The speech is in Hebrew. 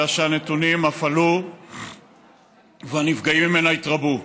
אלא שהנתונים אף עלו והנפגעים ממנה התרבו.